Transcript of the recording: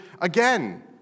again